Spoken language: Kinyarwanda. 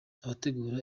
abategura